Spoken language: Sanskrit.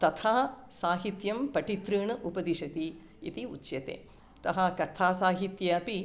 तथा साहित्यं पठितृणाम् उपदिशति इति उच्यते अतः कथासाहित्ये अपि